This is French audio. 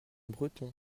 breton